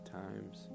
times